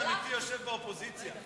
הימין האמיתי יושב באופוזיציה,